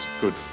good